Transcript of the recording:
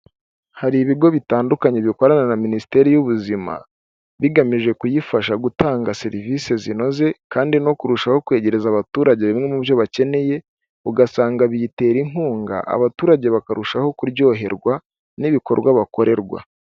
Hari ibigo bitandukanye bikorana na minisiteri y'ubuzima, bigamije kuyifasha gutanga serivise zinoze kandi no kurushaho kwegereza abaturage bimwe mu byo bakeneye ugasanga biyitera inkunga abaturage bakarushaho kuryoherwa n'ibikorwa bakorerwa.